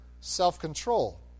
self-control